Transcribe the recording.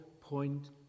point